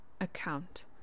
account